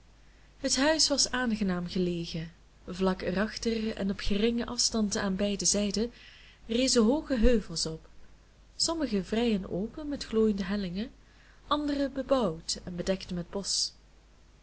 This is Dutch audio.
het huis was aangenaam gelegen vlak er achter en op geringen afstand aan beide zijden rezen hooge heuvels op sommige vrij en open met glooiende hellingen andere bebouwd en bedekt met bosch